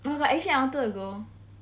oh my god actually I wanted to go